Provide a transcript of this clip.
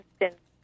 instance